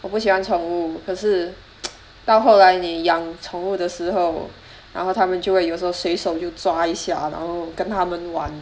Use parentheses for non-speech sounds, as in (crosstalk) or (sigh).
我不喜欢宠物可是 (noise) 到后来你养宠物的时候然后他们就有时候随手就抓一下然后跟他们玩